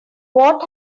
what